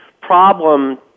problem